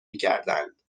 میکردند